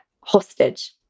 hostage